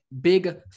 Big